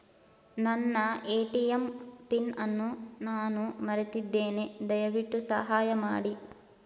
ನನ್ನ ATM PIN ಅನ್ನು ನಾನು ಮರೆತಿದ್ದೇನೆ, ದಯವಿಟ್ಟು ಸಹಾಯ ಮಾಡಿ